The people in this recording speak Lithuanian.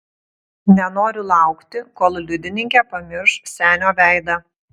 nenoriu laukti kol liudininkė pamirš senio veidą